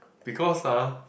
because ah